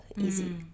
easy